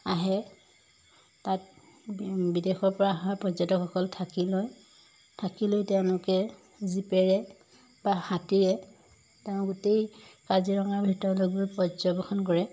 আহে তাত বিদেশৰ পৰা অহা পৰ্যটকসকল থাকি লয় থাকি লৈ তেওঁলোকে জিপেৰে বা হাতীৰে তেওঁ গোটেই কাজিৰঙাৰ ভিতৰলৈ গৈ পৰ্যবেক্ষণ কৰে